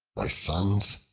my sons,